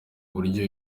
uburyo